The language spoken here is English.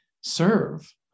serve